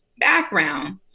background